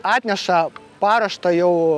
atneša paruoštą jau